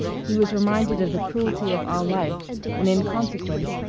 he was reminded of the cruelty of all life and, in consequence,